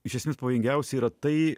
iš esmės pavojingiausia yra tai